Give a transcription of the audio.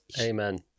Amen